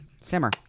Simmer